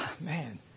man